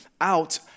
out